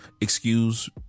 Excuse